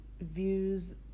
views